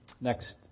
next